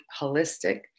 holistic